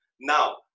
Now